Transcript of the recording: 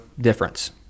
difference